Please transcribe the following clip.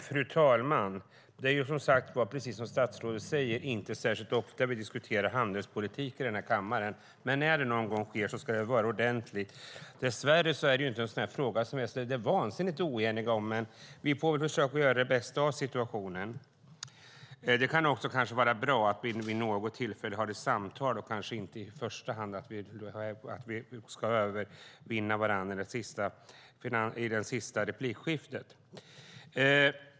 Fru talman! Precis som statsrådet säger är det inte särskilt ofta som vi diskuterar handelspolitik i denna kammare. Men när det någon gång sker ska det vara ordentligt. Dess värre är det inte en fråga som vi är så oeniga om, men vi får försöka göra det bästa av situationen. Det kan kanske också vara bra att vi vid något tillfälle har ett samtal och inte i första hand ska försöka övervinna varandra i det sista replikskiftet.